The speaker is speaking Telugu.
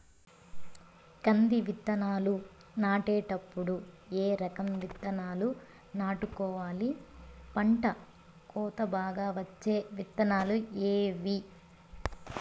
కంది విత్తనాలు నాటేటప్పుడు ఏ రకం విత్తనాలు నాటుకోవాలి, పంట కోత బాగా వచ్చే విత్తనాలు ఏవీ?